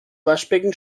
waschbecken